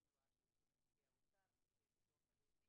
לכל מי שנמצא כאן.